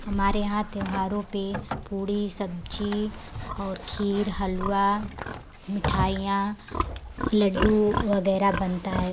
हमारे यहाँ त्योहारों पे पूड़ी सब्जी और खीर हलुवा मिठाइयाँ लड्डू वगैरह बनता है